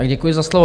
Děkuji za slovo.